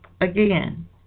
Again